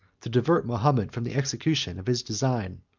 to divert mahomet from the execution of his design.